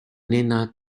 nena